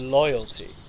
loyalty